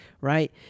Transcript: right